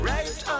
Right